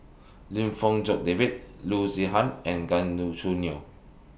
Lim Fong Jock David Loo Zihan and Gan Choo Neo